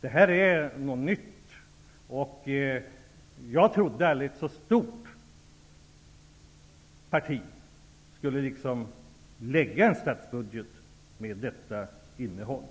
Det här är något nytt. Jag trodde aldrig att ett så stort parti som Socialdemokraterna skulle lägga fram en statsbudget med sådant innehåll.